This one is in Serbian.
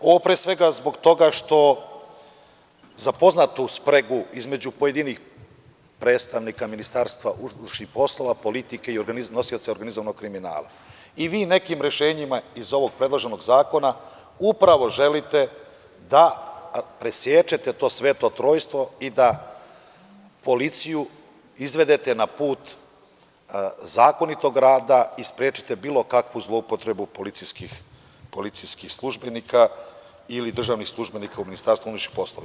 Ovo pre svega zbog toga što znamo za poznatu spregu između pojedinih predstavnika MUP-a, politike i nosioca organizovanog kriminala i vi nekim rešenjima iz ovog predloženog zakona upravo želite da presečete to sveto trojstvo i da policiju izvedete na put zakonitog rada i sprečite bilo kakvu zloupotrebu policijskih službenika ili državnih službenika u MUP-u.